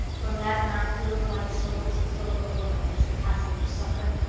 from that night rilla blythe's soul was the soul of a woman in its capacity for suffering,